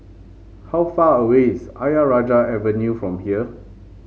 how far away is Ayer Rajah Avenue from here